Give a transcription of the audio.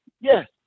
Yes